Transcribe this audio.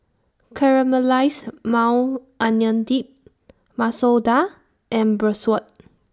Caramelized Maui Onion Dip Masoor Dal and Bratwurst